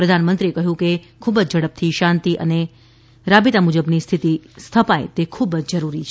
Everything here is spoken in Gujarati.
પ્રધાનમંત્રીએ કહ્યું કે ખૂબ જ ઝડપથી શાંતિ અને રાબેતા મુજબની સ્થિતિ સ્થપાય તે ખૂબ જ જરૂરી છે